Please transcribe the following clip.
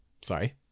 Sorry